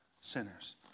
sinners